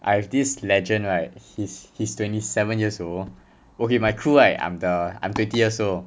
I have this legend right he's he's twenty seven years old okay my crew right I'm the I'm twenty years old